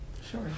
Sure